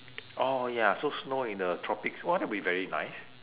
oh ya so snow in the tropics !wah! that will be very nice